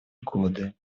годы